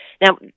Now